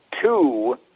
two